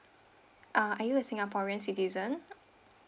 uh are you a singaporean citizen